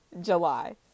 July